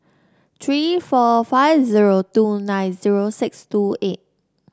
three four five zero two nine zero six two eight